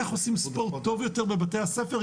איך עושים ספורט טוב יותר בבתי הספר,